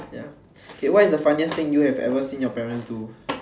ya K what is the funniest thing you have ever seen your parents do